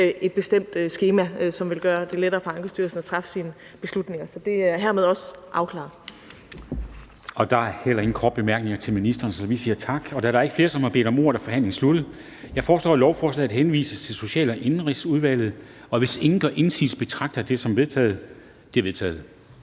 et bestemt skema, som vil gøre det lettere for Ankestyrelsen at træffe sine beslutninger. Så det er hermed også afklaret. Kl. 13:14 Formanden (Henrik Dam Kristensen): Der er heller ingen korte bemærkninger til ministeren, så vi siger tak til ministeren. Da der ikke er flere, som har bedt om ordet, er forhandlingen sluttet. Jeg foreslår, at lovforslaget henvises til Social- og Indenrigsudvalget. Hvis ingen gør indsigelse, betragter jeg dette som vedtaget. Det er vedtaget.